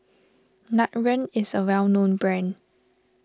Nutren is a well known brand